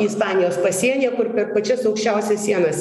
ispanijos pasienyje kur per pačias aukščiausias sienas